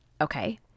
Okay